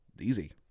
Easy